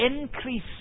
increase